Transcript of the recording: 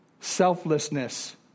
selflessness